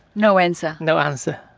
no answer? no answer.